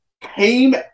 Came